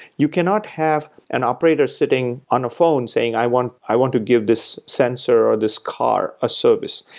you cannot have an operator sitting on a phone saying, i want i want to give this sensor or this car a service,